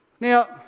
Now